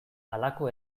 halako